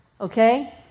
okay